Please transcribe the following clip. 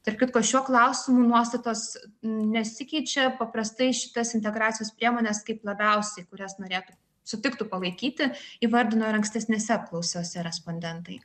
tarp kitko šiuo klausimu nuostatos nesikeičia paprastai šitas integracijos priemones kaip labiausiai kurias norėtų sutiktų palaikyti įvardino ir ankstesnėse apklausose respondentai